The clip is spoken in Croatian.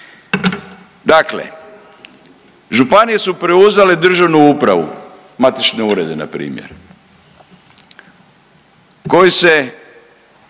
Dakle, županije su preuzele državnu upravu, matične urede na primjer koji se